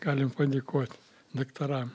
galim padėkoti daktaram